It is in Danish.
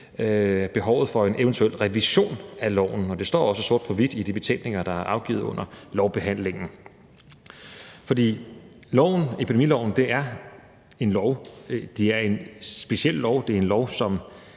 behovet for en eventuel revision af loven. Det står også sort på hvidt i de betænkninger, der er afgivet under lovbehandlingen. Epidemiloven er en speciel lov, det er en lov, som